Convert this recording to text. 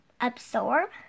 Absorb